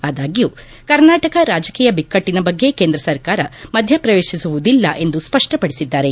ಆದಾಗ್ಲೂ ಕರ್ನಾಟಕ ರಾಜಕೀಯ ಬಿಕ್ಕಟ್ಟನ ಬಗ್ಗೆ ಕೇಂದ್ರ ಸರ್ಕಾರ ಮಧ್ಯಪ್ರವೇತಿಸುವುದಿಲ್ಲ ಎಂದು ಸ್ಪಷ್ಟಪಡಿಸಿದ್ದಾರೆ